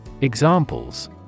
Examples